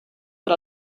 per